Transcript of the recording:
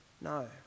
No